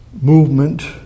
movement